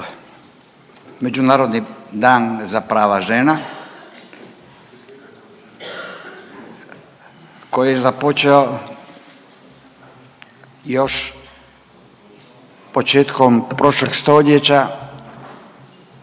Međunarodni dan za prava žena koji je započeo još početkom prošlog stoljeća